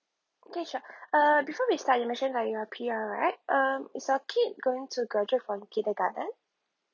okay sure uh before we start you mentioned like you are P_R right um is your kid going to graduate for kindergarten